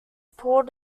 poor